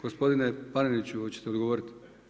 Gospodine Paneniću hoćete li odgovoriti?